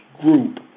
group